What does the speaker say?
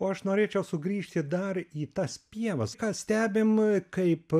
o aš norėčiau sugrįžti dar į tas pievas ką stebim kaip